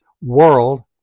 world